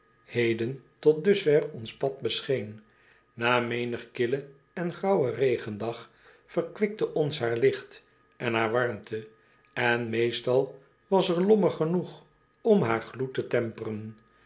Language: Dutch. heden tot dusver ons pad bescheen na menig killen en graauwen regendag verkwikte ons haar licht en haar warmte en meestal was er lommer genoeg om haar gloed te